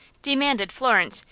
demanded florence,